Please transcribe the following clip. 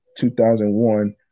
2001